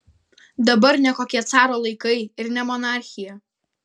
dabar ne kokie caro laikai ir ne monarchija